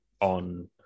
on